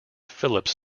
phillips